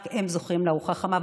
רק הם זוכים לארוחה חמה.